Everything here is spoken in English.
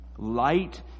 Light